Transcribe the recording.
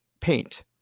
paint